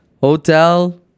Hotel